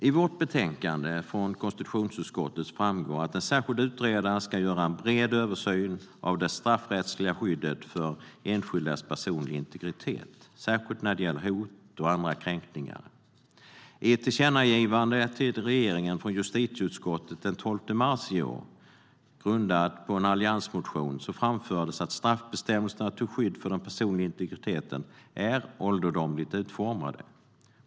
I vårt betänkande från konstitutionsutskottet framgår att en särskild utredare ska göra en bred översyn av det straffrättsliga skyddet för enskildas personliga integritet, särskilt när det gäller hot och andra kränkningar. I ett tillkännagivande till regeringen från justitieutskottet den 12 mars i år, grundat på en alliansmotion, framfördes att straffbestämmelserna till skydd för den personliga integriteten är ålderdomligt utformade.